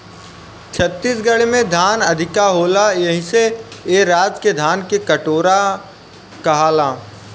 छत्तीसगढ़ में धान अधिका होला एही से ए राज्य के धान के कटोरा कहाला